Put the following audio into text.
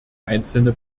einzelne